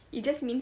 it just means